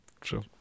true